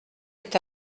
est